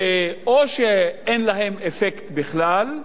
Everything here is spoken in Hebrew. שאו שאין להן אפקט בכלל,